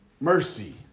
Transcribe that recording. Mercy